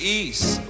east